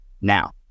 now